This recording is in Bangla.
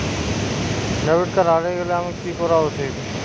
ডেবিট কার্ড হারিয়ে গেলে আমার কি করা উচিৎ?